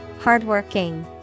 Hardworking